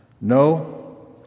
No